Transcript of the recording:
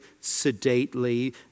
sedately